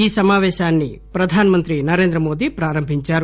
ఈ సమాపేశాన్ని ప్రధానమంత్రి నరేంద్ర మోదీ ప్రారంభించారు